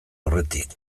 aurretik